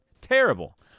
Terrible